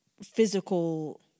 physical